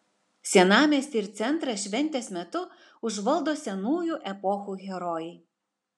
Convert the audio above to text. senamiestį ir centrą šventės metu užvaldo senųjų epochų herojai